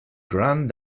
grande